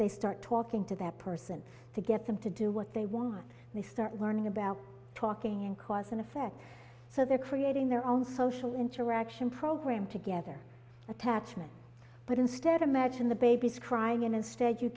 they start talking to that person to get them to do what they want they start learning about talking and cause and effect so they're creating their own social interaction program together attachment but instead imagine the babies crying and instead you